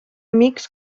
amics